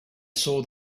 saw